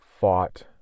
fought